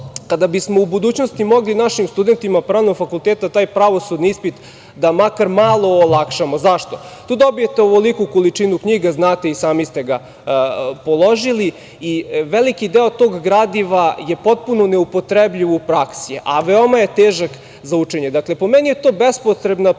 kada bismo u budućnosti mogli našim studentima pravnog fakulteta pravosudni ispit da makar malo olakšamo. Zašto? Tu dobijete ovoliku količinu knjiga, znate i sami ste ga položili, i veliki deo tog gradiva je potpuno neupotrebljiv u praksi, a veoma je težak za učenje. Po meni je to bespotrebna prepreka